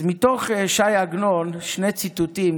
אז מתוך ש"י עגנון שני ציטוטים,